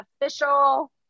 official